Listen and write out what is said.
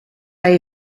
bij